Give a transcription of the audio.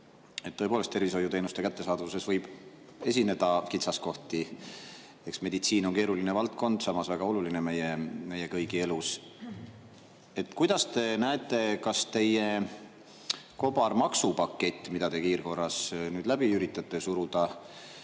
tõepoolest, tervishoiuteenuste kättesaadavuses võib esineda kitsaskohti – eks meditsiin ongi keeruline valdkond, samas väga oluline meie kõigi elus –, siis kuidas te näete: kas teie kobarmaksupakett, mida te kiirkorras läbi üritate suruda,